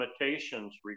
limitations